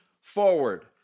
forward